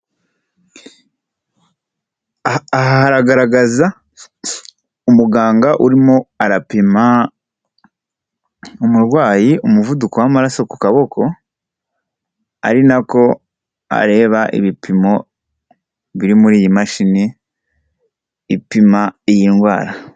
Aha haragaragaza umuganga urimo arapima umurwayi umuvuduko w'amaraso ku kaboko ari nako areba ibipimo biri muri iyi mashini ipima iyi ndwara.